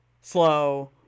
slow